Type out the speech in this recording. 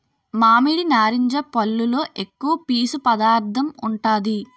మామిడి, నారింజ పల్లులో ఎక్కువ పీసు పదార్థం ఉంటాది